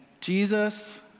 Jesus